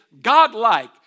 godlike